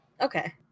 Okay